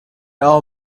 all